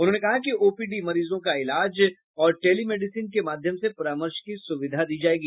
उन्होंने कहा कि ओपीडी मरीजों का इलाज और टेलीमेडिसीन के माध्यम से परामर्श की सुविधा दी जायेगी